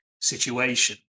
situation